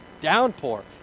downpour